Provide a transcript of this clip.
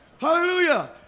Hallelujah